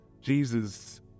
Jesus